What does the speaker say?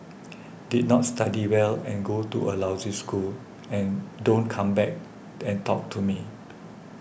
did not study well and go to a lousy school and don't come and talk to me